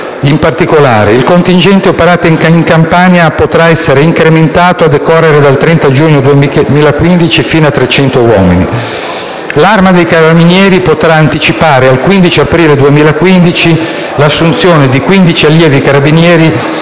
In particolare, il contingente operante in Campania potrà essere incrementato, a decorrere dal 30 giugno 2015, fino a 300 uomini e l'Arma dei carabinieri potrà anticipare al 15 aprile 2015 l'assunzione di 150 allievi carabinieri